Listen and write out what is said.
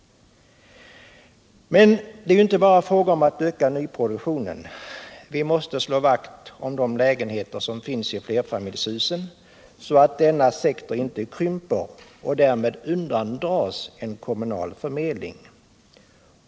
Men det är inte bara fråga om att öka nyproduktionen, utan vi måste också slå vakt om de lägenheter som redan finns i flerfamiljshusen, så att denna sektor inte krymper och därmed undandras en kommunal förmedling.